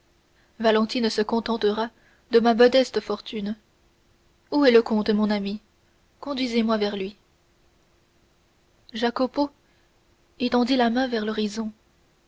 valentine se contentera de ma modeste fortune où est le comte mon ami conduisez-moi vers lui jacopo étendit la main vers l'horizon